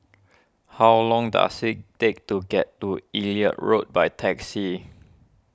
how long does it take to get to Elliot Road by taxi